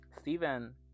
Steven